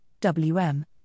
WM